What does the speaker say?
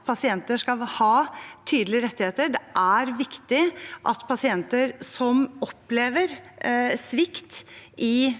at pasienter skal ha tydelige rettigheter. Det er viktig at pasienter som opplever svikt – i